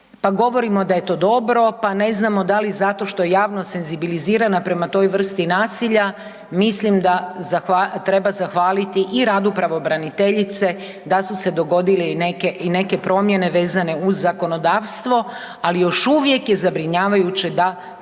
pa govorimo da je to dobro, pa ne znamo da li zato što javno senzibilizirana prema toj vrsti nasilja, mislim da treba zahvaliti i radu pravobraniteljice da su se dogodile i neke promjene vezane uz zakonodavstvo ali još uvijek je zabrinjavajuće da